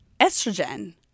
Estrogen